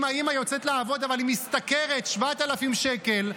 אם האימא יוצאת לעבוד אבל היא משתכרת 7,000 שקל,